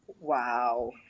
Wow